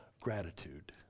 gratitude